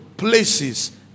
places